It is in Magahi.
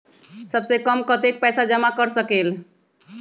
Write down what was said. सबसे कम कतेक पैसा जमा कर सकेल?